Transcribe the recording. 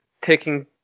taking